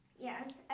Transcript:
Yes